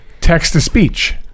text-to-speech